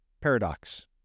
Paradox